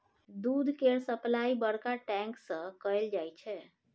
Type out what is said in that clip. दूध केर सप्लाई बड़का टैंक सँ कएल जाई छै